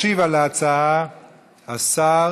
ישיב על ההצעה השר